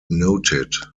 noted